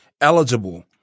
eligible